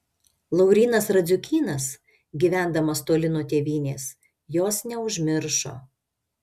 laurynas radziukynas gyvendamas toli nuo tėvynės jos neužmiršo